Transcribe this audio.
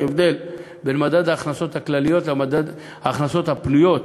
יש הבדל בין מדד ההכנסות הכלליות למדד ההכנסות הפנויות.